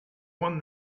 one